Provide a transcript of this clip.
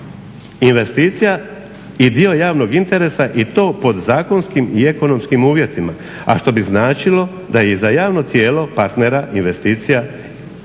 investicija i dio javnog interesa i to pod zakonskim i ekonomskim uvjetima, a što bi značilo da i za javno tijelo partnera investicija